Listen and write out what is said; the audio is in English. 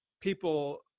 people